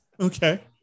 Okay